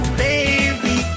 baby